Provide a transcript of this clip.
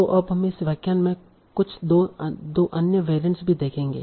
तो अब हम इस व्याख्यान में कुछ दो अन्य वेरिएंट भी देखेंगे